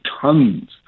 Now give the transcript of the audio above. tons